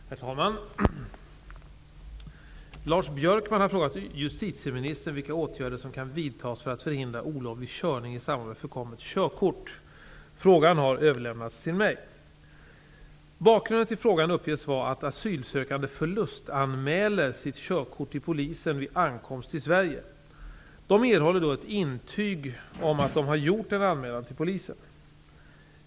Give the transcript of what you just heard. Herr talman! Lars Björkman har frågat justitieministern vilka åtgärder som kan vidtas för att förhindra olovlig körning i samband med förkommet körkort. Frågan har överlämnats till mig. Bakgrunden till frågan uppges vara att asylsökande förlustanmäler sitt körkort till polisen vid ankomst till Sverige. De erhåller då ett intyg om att de har gjort en anmälan till polisen.